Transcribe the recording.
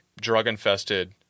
drug-infested